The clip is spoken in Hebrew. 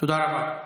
תודה רבה.